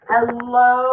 Hello